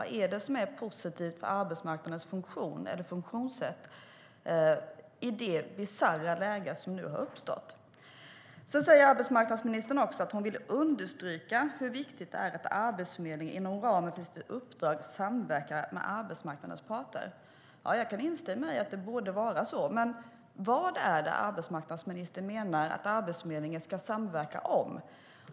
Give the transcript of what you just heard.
Vad är det som är positivt för arbetsmarknadens funktion eller funktionssätt i det bisarra läge som nu har uppstått? Arbetsmarknadsministern säger att hon vill understryka hur viktigt det är att Arbetsförmedlingen inom ramen för sitt uppdrag samverkar med arbetsmarknadens parter. Jag kan instämma i att det borde vara så. Men vad är det arbetsmarknadsministern menar att Arbetsförmedlingen ska samverka om?